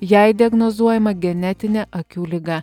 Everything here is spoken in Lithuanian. jai diagnozuojama genetinė akių liga